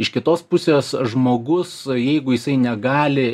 iš kitos pusės žmogus jeigu jisai negali